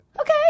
Okay